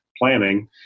planning